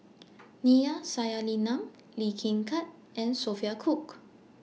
Neila Sathyalingam Lee Kin Tat and Sophia Cooke